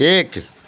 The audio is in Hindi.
एक